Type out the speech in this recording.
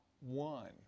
one